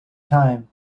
time